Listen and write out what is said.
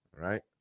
right